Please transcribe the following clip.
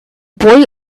boy